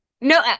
No